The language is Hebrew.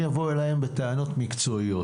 אני אבוא אליהם בטענות מקצועיות.